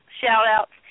shout-outs